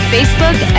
Facebook